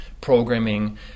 programming